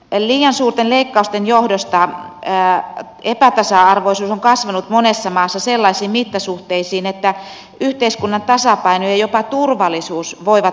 liian suurten leikkausten johdosta epätasa arvoisuus on kasvanut monessa maassa sellaisiin mittasuhteisiin että yhteiskunnan tasapaino ja jopa turvallisuus voivat horjua